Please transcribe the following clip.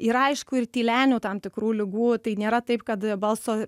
ir aišku ir tylenių tam tikrų ligų tai nėra taip kad balso